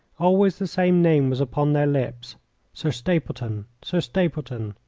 always the same name was upon their lips sir stapleton sir stapleton.